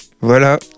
Voilà